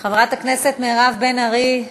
חברת הכנסת מירב בן ארי.